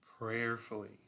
Prayerfully